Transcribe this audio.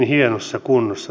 arvoisa puhemies